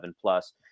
plus